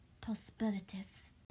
possibilities